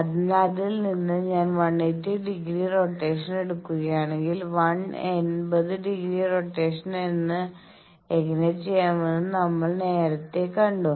അതിനാൽ അതിൽ നിന്ന് ഞാൻ 180 ഡിഗ്രി റൊട്ടേഷൻ എടുക്കുകയാണെങ്കിൽ 1 എൺപത് ഡിഗ്രി റൊട്ടേഷൻ എങ്ങനെ ചെയ്യാമെന്ന് നമ്മൾ നേരത്തെ കണ്ടു